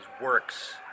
works